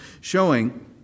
showing